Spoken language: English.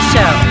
Show